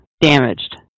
damaged